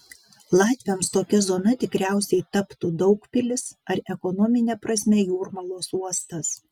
latviams tokia zona tikriausiai taptų daugpilis ar ekonomine prasme jūrmalos uostas